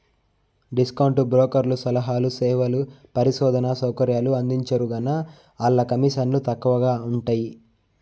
discount బ్రోకర్లు సలహాలు, సేవలు, పరిశోధనా సౌకర్యాలు అందించరుగాన, ఆల్ల కమీసన్లు తక్కవగా ఉంటయ్యి